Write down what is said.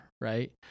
right